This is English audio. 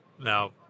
now